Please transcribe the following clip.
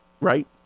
right